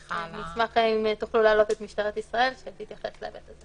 אני אשמח אם תוכלו להעלות את משטרת ישראל שתתייחס להיבט הזה.